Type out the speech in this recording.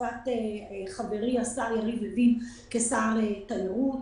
בתקופת חברי יריב לוין כשר התיירות.